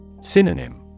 Synonym